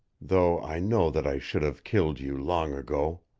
though i know that i should have killed you long ago.